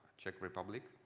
czech republic,